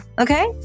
Okay